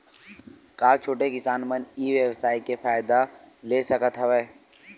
का छोटे किसान मन ई व्यवसाय के फ़ायदा ले सकत हवय?